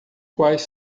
quais